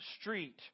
street